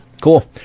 Cool